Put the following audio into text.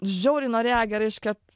žiauriai norėjo gerai iškept